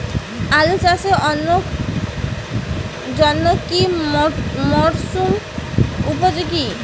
আলু চাষের জন্য কি মরসুম উপযোগী?